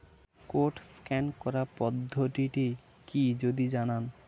Code scan করার পদ্ধতিটি কি যদি জানান?